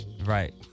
Right